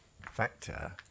factor